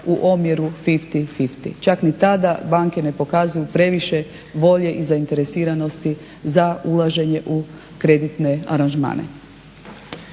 u omjeru 50:50. Čak ni tada banke ne pokazuju previše volje i zainteresiranosti za ulaženje u kreditne aranžmane.